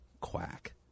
Quack